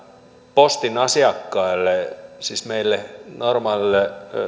postin asiakkaille siis meille normaaleille